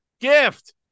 Gift